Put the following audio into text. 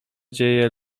dzieje